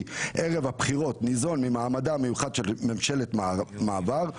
ערב הבחירות ניזון ממעמדה המיוחד של ממשלת מעבר,